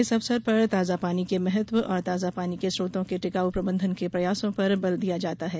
इस अवसर पर ताजा पानी के महत्व और ताजा पानी के स्रोतों के टिकाऊ प्रबंधन के प्रयासों पर बल दिया जाता है